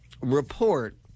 report